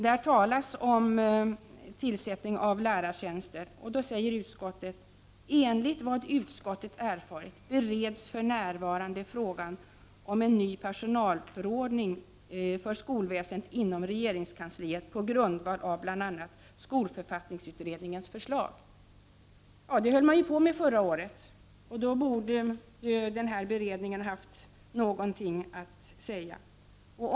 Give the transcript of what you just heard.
Där talas om tillsättning av lärartjänster. Utskottet säger: ”Enligt vad utskottet erfarit bereds för närvarande frågan om en ny personalförordning för skolväsendet inom regeringskansliet på grundval av bl.a. skolförfattningsutredningens förslag.” Det höll man på med förra året, och den beredningen borde då ha varit klar nu.